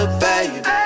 baby